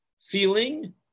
feeling